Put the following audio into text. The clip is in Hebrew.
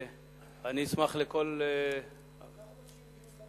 ואני אשמח לכל, אנחנו מבקשים דיון במליאה.